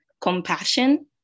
compassion